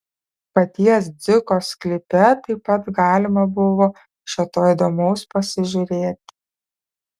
paties dziko sklype taip pat galima buvo šio to įdomaus pasižiūrėti